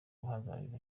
guharanira